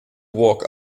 walk